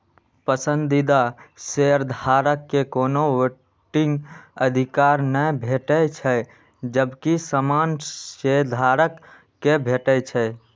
पसंदीदा शेयरधारक कें कोनो वोटिंग अधिकार नै भेटै छै, जबकि सामान्य शेयधारक कें भेटै छै